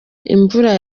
imvura